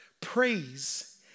praise